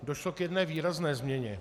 Došlo k jedné výrazné změně.